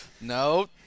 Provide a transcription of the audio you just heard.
No